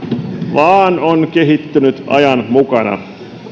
vaan on kehittynyt ajan mukana